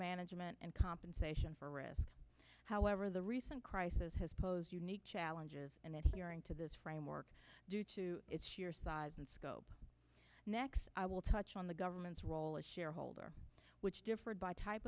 management and compensation for risk however the recent crisis has posed unique challenges and that hearing to this framework due to its sheer size and scope next i will touch on the government's role as shareholder which differed by type